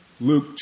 Luke